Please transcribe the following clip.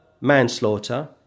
manslaughter